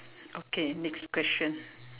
okay next question